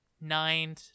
nine